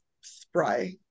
spry